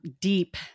deep